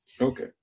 Okay